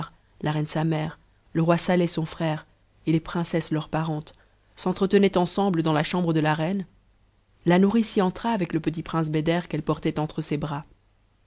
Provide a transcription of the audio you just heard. la reine sa mère le roi saleh son frère et les princesses leurs parentes s'entretenaient ensemble dans la chambre de la reine la nourrice y entra avec c petit prince beder qu'elle portait entre ses bras